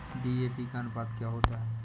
DAP का अनुपात क्या होता है?